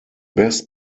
best